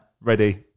Ready